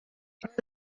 roedd